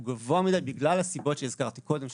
הוא גבוה מדיי בגלל הסיבות שהזכרתי קודם,